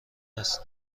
است